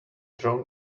drawn